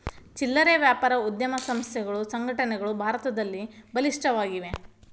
ಚಿಲ್ಲರೆ ವ್ಯಾಪಾರ ಉದ್ಯಮ ಸಂಸ್ಥೆಗಳು ಸಂಘಟನೆಗಳು ಭಾರತದಲ್ಲಿ ಬಲಿಷ್ಠವಾಗಿವೆ